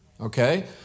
Okay